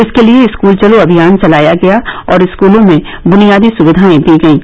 इसके लिए स्कल चलो अभियान चलाया गया और स्कूलों में बुनियादी सुविधाएं दी गईं